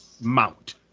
mount